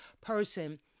person